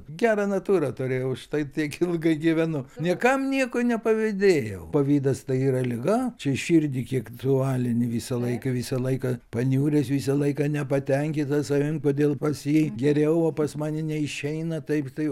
gerą natūrą turėjau už tai tiek ilgai gyvenu niekam nieko nepavydėjau pavydas tai yra liga čia širdį kiek tu alini visą laiką visą laiką paniuręs visą laiką nepatenkintas savim kodėl pas jį geriau o pas mane neišeina taip tai